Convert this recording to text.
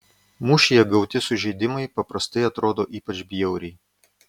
mūšyje gauti sužeidimai paprastai atrodo ypač bjauriai